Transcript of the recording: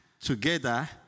together